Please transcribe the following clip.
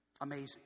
Amazing